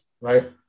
Right